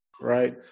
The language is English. right